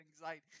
anxiety